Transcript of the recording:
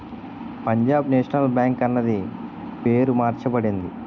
Punjab national bank అన్నది పేరు మార్చబడింది